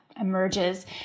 emerges